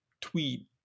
tweet